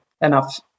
enough